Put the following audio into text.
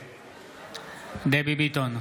נגד דבי ביטון,